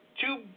two